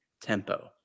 tempo